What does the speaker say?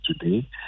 today